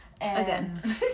again